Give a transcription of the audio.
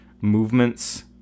movements